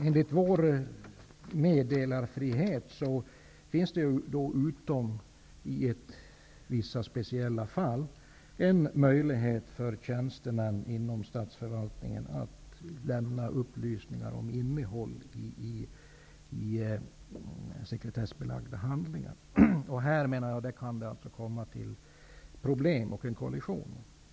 Enligt vår meddelarfrihet finns det, utom i vissa speciella fall, en möjlighet för tjänstemän inom statsförvaltningen att lämna upplysningar om innehåll i sekretessbelagda handlingar. Här menar jag att det kan uppstå problem och bli en kollision.